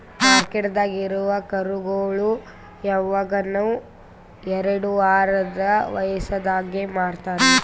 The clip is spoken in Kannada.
ಮಾರ್ಕೆಟ್ದಾಗ್ ಇರವು ಕರುಗೋಳು ಯವಗನು ಎರಡು ವಾರದ್ ವಯಸದಾಗೆ ಮಾರ್ತಾರ್